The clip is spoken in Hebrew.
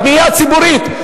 בנייה ציבורית.